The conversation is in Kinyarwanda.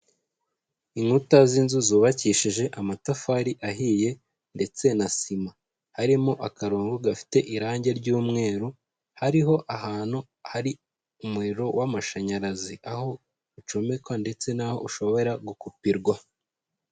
Inkuta z'inzu zubakishije amatafari ahiye ndetse na sima, harimo akarongo gafite irangi ry'umweru, hariho ahantu hari umuriro w'amashanyarazi, aho ucomekwa ndetse naho ushobora gukupirwa.